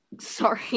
Sorry